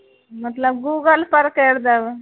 मतलब गूगल पर करि देब